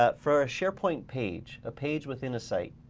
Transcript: ah for a sharepoint page, a page within a site,